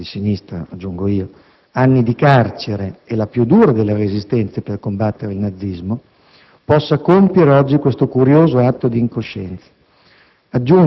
non solo di sinistra, aggiungo io - «anni di carcere e la più dura delle resistenze per combattere il nazismo, possa compiere oggi questo curioso atto di incoscienza».